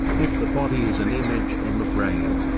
if the body is an image in the brain,